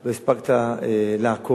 לא הספקת לעקוב,